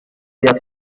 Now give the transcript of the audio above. der